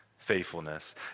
Faithfulness